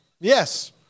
Yes